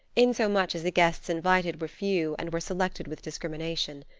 in so much as the guests invited were few and were selected with discrimination.